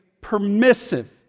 permissive